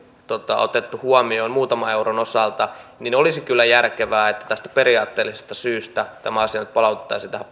on otettu huomioon muutaman euron osalta niin olisi kyllä järkevää että tästä periaatteellisesta syystä tämä asia nyt palautettaisiin tähän